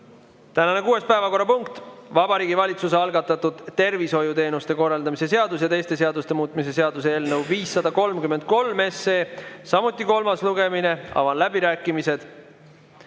Tänane kuues päevakorrapunkt on Vabariigi Valitsuse algatatud tervishoiuteenuste korraldamise seaduse ja teiste seaduste muutmise seaduse eelnõu 533 kolmas lugemine. Avan läbirääkimised.